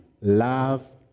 love